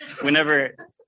whenever